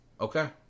Okay